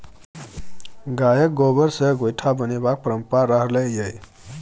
गायक गोबर सँ गोयठा बनेबाक परंपरा रहलै यै